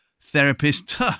therapist